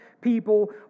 people